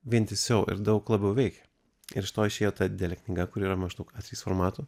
vientisiau ir daug labiau veikė ir iš to išėjo ta didelė knyga kuri yra maždaug a trys formato